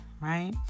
right